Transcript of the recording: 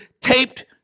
taped